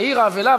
העיר האבלה,